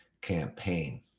campaign